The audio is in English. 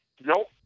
Nope